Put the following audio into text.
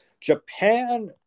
Japan